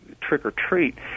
trick-or-treat